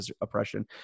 oppression